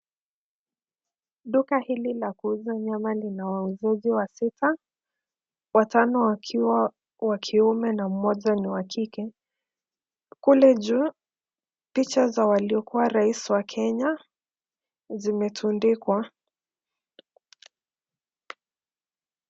Duka hili la kuuza nyama lina wauzaji wasita , watano wakiwa wa kiume na mmoja ni wa kike. Kule juu picha za waliokuwa rais wa Kenya zimetundikwa.